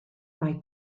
mae